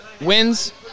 wins